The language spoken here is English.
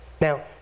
Now